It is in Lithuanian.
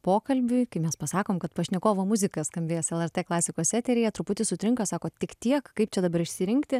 pokalbiui kai mes pasakom kad pašnekovo muzika skambės lrt klasikos eteryje truputį sutrinka sako tik tiek kaip čia dabar išsirinkti